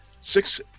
Six